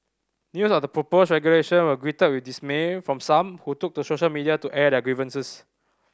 news of the proposed regulation was greeted with dismay from some who took to social media to air their grievances